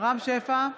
רם שפע,